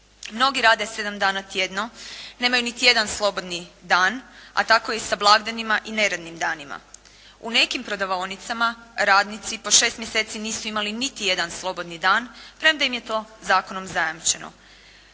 Mnogi rade 7 dana tjedno, nemaju niti jedan slobodni dan, a tako i sa blagdanima i sa neradnim danima. U nekim prodavaonicama radnici po 6 mjeseci nisu imali niti jedan slobodni dan, premda im je to zakonom zajamčeno.